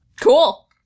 Cool